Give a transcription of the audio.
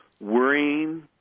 worrying